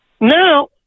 Now